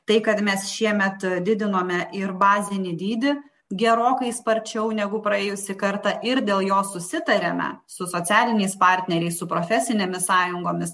tai kad mes šiemet didinome ir bazinį dydį gerokai sparčiau negu praėjusį kartą ir dėl jo susitarėme su socialiniais partneriais su profesinėmis sąjungomis